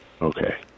Okay